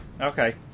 Okay